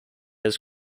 his